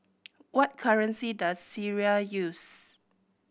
what currency does Syria use